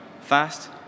fast